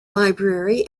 library